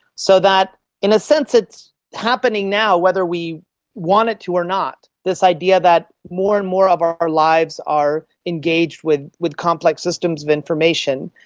so that in a sense it's happening now, whether we want it to or not, this idea that more and more of our our lives are engaged with with complex systems of information.